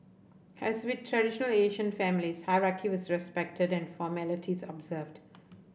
as with traditional Asian families hierarchy was respected and formalities observed